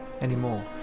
anymore